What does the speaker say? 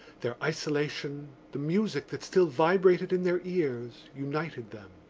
their isolation, the music that still vibrated in their ears united them.